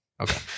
okay